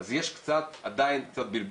אז עדיין יש קצת בלבול.